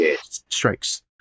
strikes